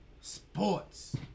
Sports